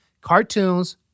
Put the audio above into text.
Cartoons